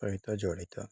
ସହିତ ଜଡ଼ିତ